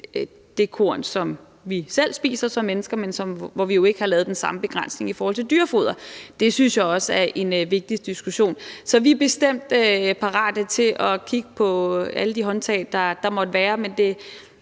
det korn, vi selv spiser som mennesker, men vi har jo ikke lavet den samme begrænsning i forhold til dyrefoder. Det synes jeg også er en vigtig diskussion. Så vi er bestemt parate til at kigge på alle de muligheder, der måtte være,